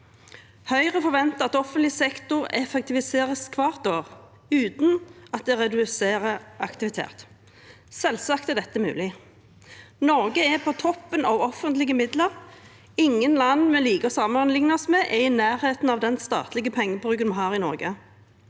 Høyre forventer at offentlig sektor effektiviseres hvert år uten at det reduserer aktivitet. Selvsagt er dette mulig. Norge er på toppen når det gjelder bruk av offentlige midler. Ingen land vi liker å sammenligne oss med, er i nærheten av den statlige pengebruken vi har i Norge.